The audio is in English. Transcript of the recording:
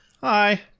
Hi